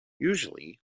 usually